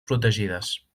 protegides